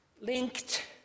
linked